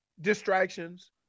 distractions